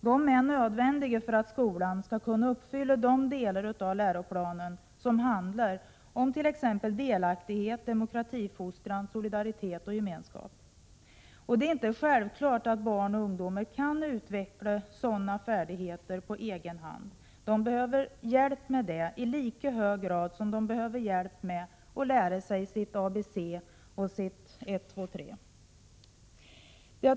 De är nödvändiga för att skolan skall kunna uppfylla de delar av läroplanen som handlar om t.ex. delaktighet, demokratifostran, solidaritet och gemenskap. Det är inte självklart att barn och ungdomar kan utveckla sådana färdigheter på egen hand. De behöver hjälp med det i lika hög grad som de behöver hjälp med att lära sig sitt ABC och sitt ett två tre.